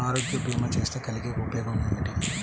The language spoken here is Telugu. నేను ఆరోగ్య భీమా చేస్తే కలిగే ఉపయోగమేమిటీ?